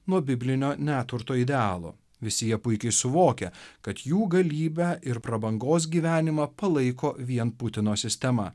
nuo biblinio neturto idealo visi jie puikiai suvokia kad jų galybę ir prabangos gyvenimą palaiko vien putino sistema